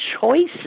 choices